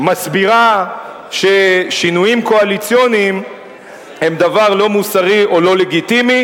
מסבירה ששינויים קואליציוניים הם דבר לא מוסרי או לא לגיטימי,